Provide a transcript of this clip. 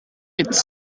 it’s